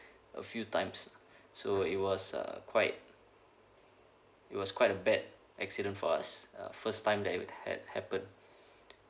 a few times so it was uh quite it was quite a bad accident for us uh first time that it ha~ happened